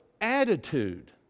attitude